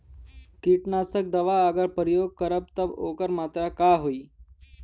कीटनाशक दवा अगर प्रयोग करब त ओकर मात्रा का होई?